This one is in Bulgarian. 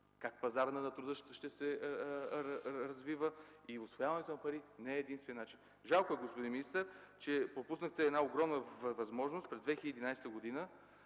как пазарът на труда ще се развива, усвояването на пари не е единствения начин. Жалко е, господин министър, че пропуснахте една огромна възможност през 2011 г. да